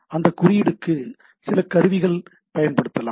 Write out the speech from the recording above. அந்த குறியீடுஇக்கு சில கருவிகள் பயன்படுத்தலாம்